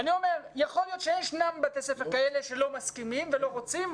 יכול להיות שישנם בתי ספר כאלה שלא מסכימים ולא רוצים,